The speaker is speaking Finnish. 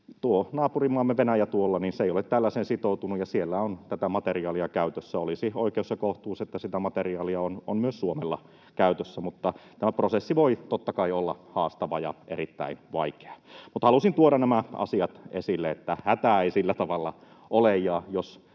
naapurimaamme Venäjä tuolla ei ole tällaiseen sitoutunut, ja siellä on tätä materiaalia käytössä. Olisi oikeus ja kohtuus, että sitä materiaalia on myös Suomella käytössä. Mutta tämä prosessi voi totta kai olla haastava ja erittäin vaikea. Halusin tuoda esille nämä asiat ja sen, että hätää ei sillä tavalla ole,